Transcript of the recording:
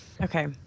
Okay